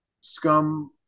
scum